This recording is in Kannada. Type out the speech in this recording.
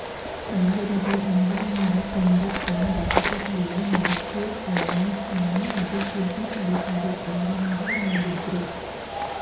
ಸಾವಿರದ ಒಂಬೈನೂರತ್ತೊಂಭತ್ತ ರ ದಶಕದಲ್ಲಿ ಮೈಕ್ರೋ ಫೈನಾನ್ಸ್ ಅನ್ನು ಅಭಿವೃದ್ಧಿಪಡಿಸಲು ಪ್ರಾರಂಭಮಾಡಿದ್ರು